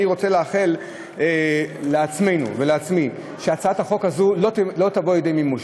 אני רוצה לאחל לעצמנו ולעצמי שהצעת החוק הזאת לא תבוא לידי מימוש.